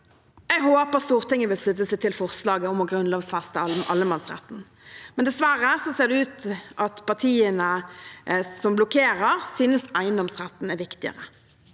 håpet at Stortinget ville slutte seg til forslaget om å grunnlovfeste allemannsretten, men dessverre ser det ut til at partiene som blokkerer, synes eiendomsretten er viktigere.